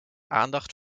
aandacht